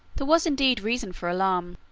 there was indeed reason for alarm.